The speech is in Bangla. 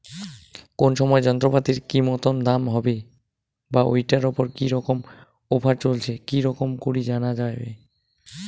কোন সময় যন্ত্রপাতির কি মতন দাম হবে বা ঐটার উপর কি রকম অফার চলছে কি রকম করি জানা যাবে?